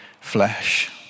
flesh